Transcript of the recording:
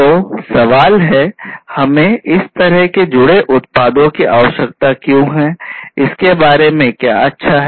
तो सवाल है हमें इस तरह के जुड़े उत्पादों की आवश्यकता क्यों है इसके बारे में क्या अच्छा है